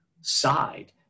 side